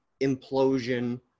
implosion